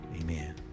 Amen